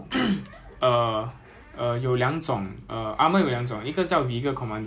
因为 like you sit on the vehicle right 你会坐在 commander position